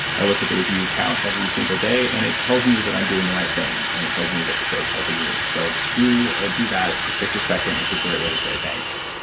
i look at the review count every single day and it tells me that i'm doing the right thing, and it tells me that the show's helping you. so do ah do that, it just takes a second, it's a great way to say thanks